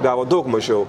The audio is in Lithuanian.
gavo daug mažiau